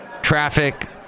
Traffic